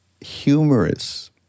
humorous